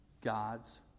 God's